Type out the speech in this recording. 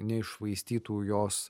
neiššvaistytų jos